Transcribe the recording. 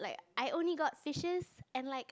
I only got fishes and like